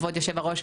כבוד היושב-ראש,